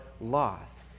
lost